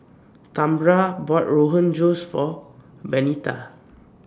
Tambra bought Rogan Josh For Benita